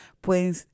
pueden